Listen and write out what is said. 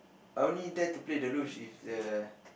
I only there to play the luge if the